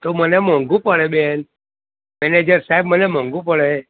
તો મને મોંઘૂ પડે બેન મેનેજર સાહેબ મને મોંઘું પડે